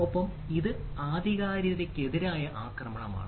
ഒപ്പം ഇത് ആധികാരികതയ്ക്കെതിരായ ആക്രമണമാണ്